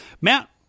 Matt